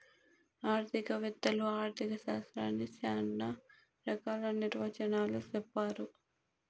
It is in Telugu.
ఆర్థిక వేత్తలు ఆర్ధిక శాస్త్రాన్ని శ్యానా రకాల నిర్వచనాలు చెప్పారు